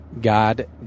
God